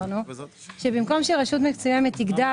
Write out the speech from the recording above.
אמרנו שבמקום שרשות מסוימת תגדל